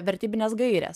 vertybinės gairės